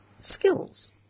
skills